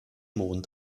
mond